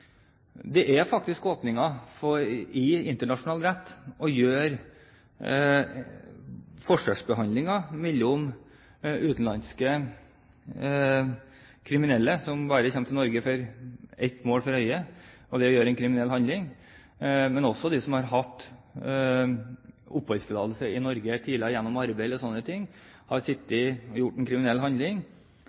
det faktisk er åpninger i internasjonal rett til å forskjellsbehandle i forhold til utenlandske kriminelle som bare kommer til Norge med ett mål for øye – å gjøre en kriminell handling – og også i forhold til de som har hatt oppholdstillatelse i Norge tidligere gjennom arbeid og slikt, men har gjort en kriminell handling,